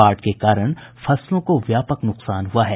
बाढ़ के कारण फसलों को व्यापक नुकसान हुआ है